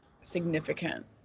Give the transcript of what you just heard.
significant